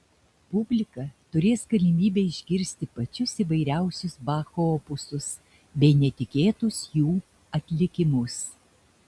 publika turės galimybę išgirsti pačius įvairiausius bacho opusus bei netikėtus jų atlikimus